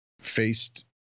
faced